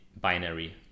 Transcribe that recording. binary